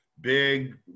big